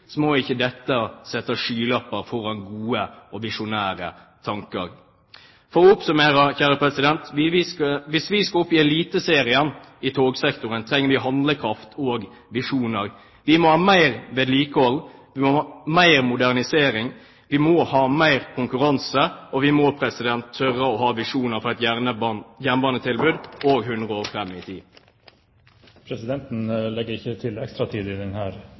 må ikke dette sette skylapper for gode og visjonære tanker. For å oppsummere: Hvis vi skal opp i eliteserien i togsektoren, trenger vi handlekraft og visjoner. Vi må ha mer vedlikehold, vi må ha mer modernisering, vi må ha mer konkurranse, og vi må tørre å ha visjoner for et jernbanetilbud også 100 år fram i tid. Presidenten legger ikke til ekstratid i